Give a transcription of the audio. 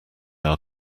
are